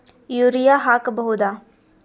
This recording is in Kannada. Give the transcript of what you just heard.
ಯೂರಿಯ ಹಾಕ್ ಬಹುದ?